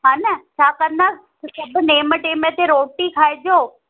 हा न छा कंदा सभु नेम टेम ते रोटी खाइजो